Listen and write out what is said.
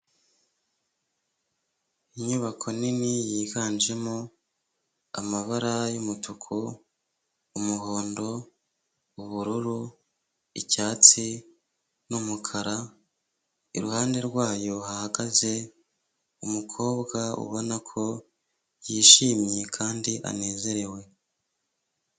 Inyubako nini yiganjemo amabara y'umutuku, umuhondo, ubururu, icyatsi, n'umukara, iruhande rwayo hahagaze umukobwa ubona ko yishimye kandi anezerewe.